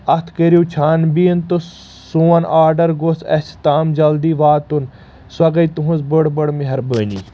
اتھ کٔرِو چھان بیٖن تہٕ سون آڈر گوٚژھ اسہِ تام جلدی واتُن سۄ گے تُہنٛز بٔڑ بٔڑ مہربٲنی